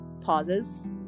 pauses